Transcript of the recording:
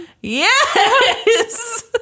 Yes